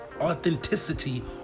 authenticity